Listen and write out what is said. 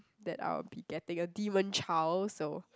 that I will be getting a demon child so